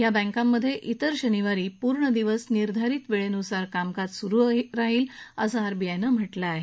या बँकांमध्ये तिर शनिवारी पूर्ण दिवस निर्धारित वेळेनुसारच कामकाज सुरू राहील असं आरबीआयनं म्हटलं आहे